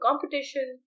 competition